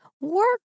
work